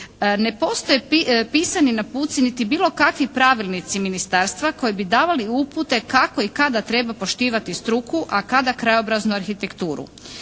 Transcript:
Ne postoje pisani naputci niti bilo kakvi pravnici ministarstva koji bi davali upute kako i kada treba poštivati struku, a kada krajobraznu arhitekturu.